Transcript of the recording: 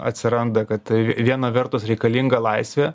atsiranda kad viena vertus reikalinga laisvė